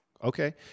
Okay